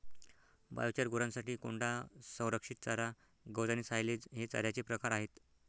biochar, गुरांसाठी कोंडा, संरक्षित चारा, गवत आणि सायलेज हे चाऱ्याचे प्रकार आहेत